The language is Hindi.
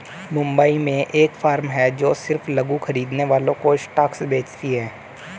मुंबई में एक फार्म है जो सिर्फ लघु खरीदने वालों को स्टॉक्स बेचती है